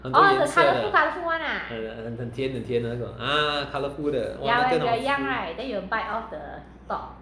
很多颜色的很甜很甜的 ah colourful 的 !wah! 那个很好吃